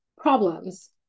problems